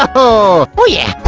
oh yeah!